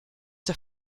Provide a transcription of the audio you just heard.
der